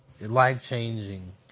Life-changing